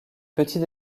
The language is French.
petits